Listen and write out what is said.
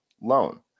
loan